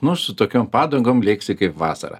nu su tokiom padangom lėksi kaip vasarą